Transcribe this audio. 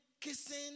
kissing